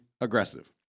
aggressive